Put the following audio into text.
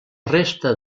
resta